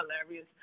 hilarious